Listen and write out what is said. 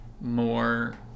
more